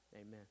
amen